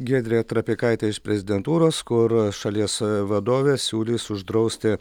giedrė trapikaitė iš prezidentūros kur šalies vadovė siūlys uždrausti